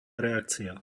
reakcia